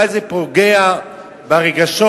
ואולי זה פוגע ברגשות,